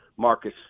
Marcus